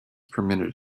permitted